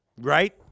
Right